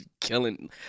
killing